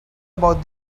about